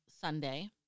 Sunday